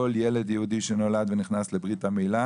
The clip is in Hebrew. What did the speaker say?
כל ילד יהודי שנולד ונכנס לברית המילה